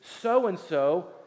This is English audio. so-and-so